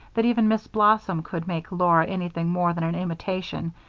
that even miss blossom could make laura anything more than an imitation,